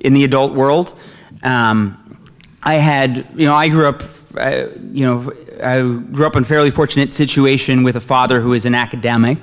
in the adult world i had you know i grew up you know grew up in fairly fortunate situation with a father who is an academic